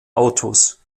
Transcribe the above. autos